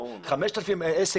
אתה אמרת 5,000 שקלים לעסק,